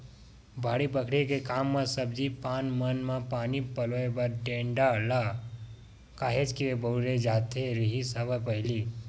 बाड़ी बखरी के काम म सब्जी पान मन म पानी पलोय बर टेंड़ा ल काहेच के बउरे जावत रिहिस हवय पहिली